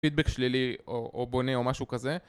פידבק שלילי או בונה או משהו כזה